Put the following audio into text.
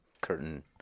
curtain